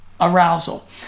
arousal